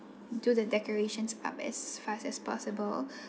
do the decorations up as fast as possible